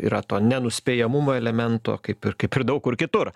yra to nenuspėjamumo elemento kaip ir kaip ir daug kur kitur